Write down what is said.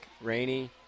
rainy